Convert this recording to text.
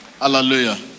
Hallelujah